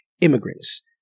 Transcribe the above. immigrants